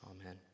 Amen